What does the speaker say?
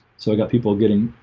so i got people getting